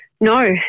No